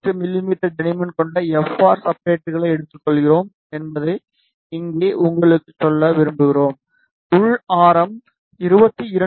8 மிமீ தடிமன் கொண்ட எஃப்ஆர் 4 சப்ஸ்ட்ரட்களை எடுத்துக்கொள்கிறோம் என்பதை இங்கு உங்களுக்குச் சொல்ல உள் ஆரம் 22